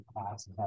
class